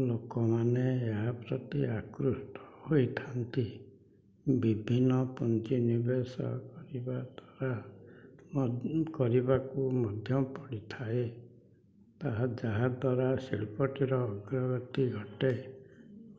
ଲୋକମାନେ ଏହା ପ୍ରତି ଆକୃଷ୍ଟ ହୋଇଥାନ୍ତି ବିଭିନ୍ନ ପୁଞ୍ଜି ନିବେଶ କରିବା ଦ୍ଵାରା କରିବାକୁ ମଧ୍ୟ ପଡ଼ିଥାଏ ତାହା ଯାହାଦ୍ୱାରା ଶିଳ୍ପ ଟିର ଅଗ୍ରଗତି ଘଟେ